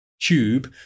tube